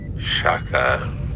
shaka